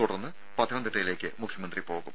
തുടർന്ന് പത്തനംതിട്ടയിലേക്ക് മുഖ്യമന്ത്രി പോകും